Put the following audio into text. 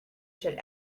should